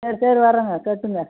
சரி சரி வர்றோங்க கட்டுங்க